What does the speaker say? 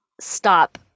stop